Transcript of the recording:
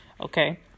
okay